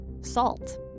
salt